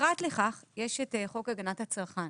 פרט לכך יש את חוק הגנת הצרכן